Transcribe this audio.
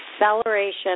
acceleration